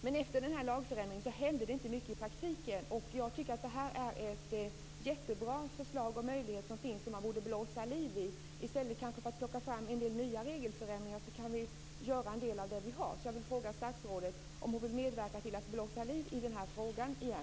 Men efter denna lagförändring hände det inte mycket i praktiken. Jag tycker att det här är ett jättebra förslag och en möjlighet som finns som man borde blåsa liv i. I stället för att plocka fram en del nya regelförändringar kan vi utnyttja dem vi har gjort.